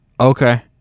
Okay